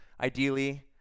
ideally